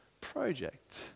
project